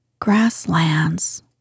grasslands